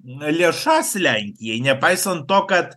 lėšas lenkijai nepaisant to kad